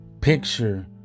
picture